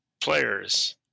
players